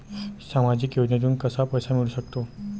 सामाजिक योजनेतून कसा पैसा मिळू सकतो?